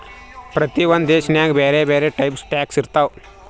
ಪ್ರತಿ ಒಂದ್ ದೇಶನಾಗ್ ಬ್ಯಾರೆ ಬ್ಯಾರೆ ಟೈಪ್ ಟ್ಯಾಕ್ಸ್ ಇರ್ತಾವ್